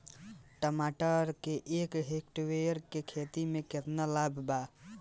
टमाटर के एक हेक्टेयर के खेती में संकुल आ संकर किश्म के केतना ग्राम के बीज के जरूरत पड़ी?